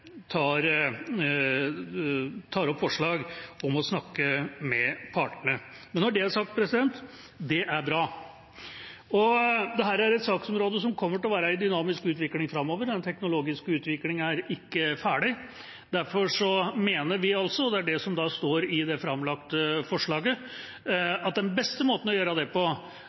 tar opp forslag om å snakke med partene. Når det er sagt: Det er bra. Dette er et saksområde som kommer til å være i dynamisk utvikling framover. Den teknologiske utviklingen er ikke ferdig. Derfor mener vi altså – og det er det som står i det framlagte forslaget – at den beste måten å gjøre det på